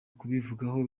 kubivugaho